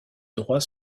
droits